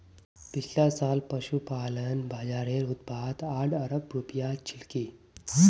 पिछला साल पशुपालन बाज़ारेर उत्पाद आठ अरब रूपया छिलकी